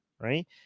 right